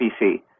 PC